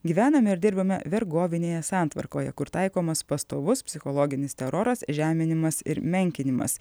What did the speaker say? gyvename ir dirbame vergovinėje santvarkoje kur taikomas pastovus psichologinis teroras žeminimas ir menkinimas